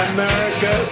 America